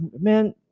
man